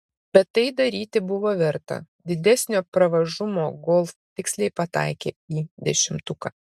bet tai daryti buvo verta didesnio pravažumo golf tiksliai pataikė į dešimtuką